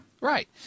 Right